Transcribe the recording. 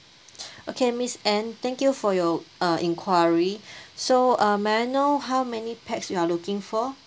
okay miss ann thank you for your uh inquiry so um may I know how many pax you are looking for